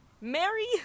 Mary